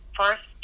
first